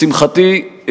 לשמחתי,